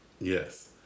Yes